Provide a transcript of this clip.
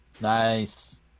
Nice